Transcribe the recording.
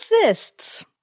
exists